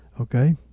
Okay